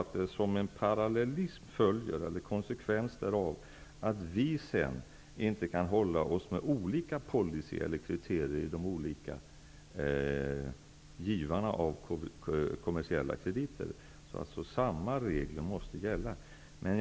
När detta väl är sagt följer som en konsekvens därav att vi sedan inte skall hålla oss med olika policy och kriterier inom de olika givarna av kommersiella krediter. Samma regler måste gälla för alla.